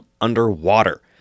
Underwater